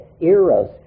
eros